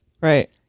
Right